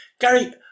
Gary